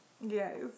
Yes